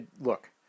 Look